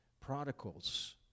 prodigals